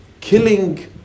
killing